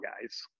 guys